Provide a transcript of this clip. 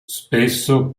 spesso